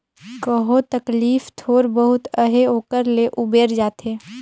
कहो तकलीफ थोर बहुत अहे ओकर ले उबेर जाथे